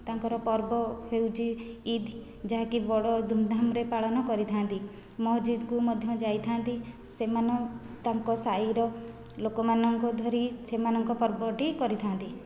ତାଙ୍କର ପର୍ବ ହେଉଛି ଇଦ୍ ଯାହାକି ବଡ଼ ଧୂମ୍ଧାମ୍ରେ ପାଳନ କରିଥାନ୍ତି ମସ୍ଜିଦକୁ ମଧ୍ୟ ଯାଇଥାନ୍ତି ସେମାନ ତାଙ୍କ ସାହିର ଲୋକମାନଙ୍କୁ ଧରି ସେମାନଙ୍କ ପର୍ବଟି କରିଥାନ୍ତି